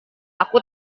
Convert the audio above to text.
aku